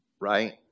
right